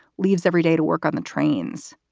leaves every day to work on the trains.